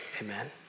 amen